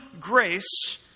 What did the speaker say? grace